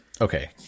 Okay